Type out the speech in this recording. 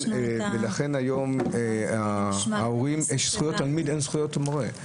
היום יש זכויות תלמיד אבל אין זכויות מורה.